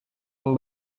yang